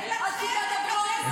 על תקופת הברונזה,